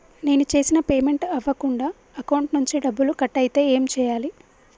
నేను చేసిన పేమెంట్ అవ్వకుండా అకౌంట్ నుంచి డబ్బులు కట్ అయితే ఏం చేయాలి?